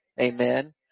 amen